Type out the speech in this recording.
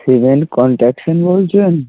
cement contractor বলছেন